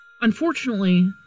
Unfortunately